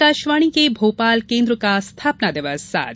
आकाशवाणी के भोपाल केन्द्र का स्थापना दिवस आज